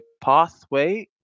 pathway